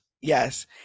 yes